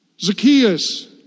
Zacchaeus